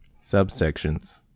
Subsections